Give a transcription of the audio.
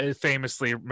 famously